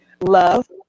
love